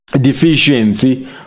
deficiency